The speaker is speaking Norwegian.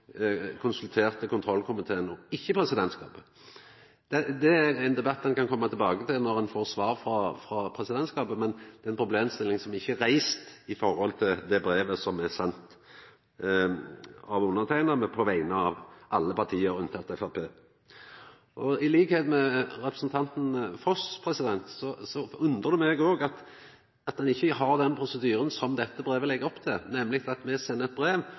konsulterte kontrollkomiteen og ikkje presidentskapet. Det er ein debatt ein kan koma tilbake til når ein får svar frå presidentskapet, men det er ei problemstilling som ikkje er reist når det gjeld det brevet som er sendt av underskrivne på vegner av alle parti, med unntak av Framstegspartiet. Til liks med representanten Foss undrar det meg òg at ein ikkje har den prosedyren som dette brevet legg opp til, nemleg at me sender eit brev